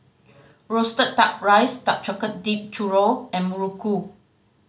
roasted Duck Rice dark dipped churro and muruku